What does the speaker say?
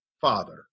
father